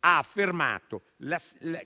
ha affermato